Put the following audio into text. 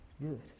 good